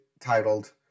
titled